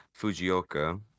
Fujioka